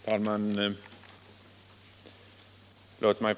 Herr talman!